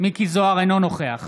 אינו נוכח